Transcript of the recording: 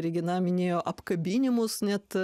regina minėjo apkabinimus net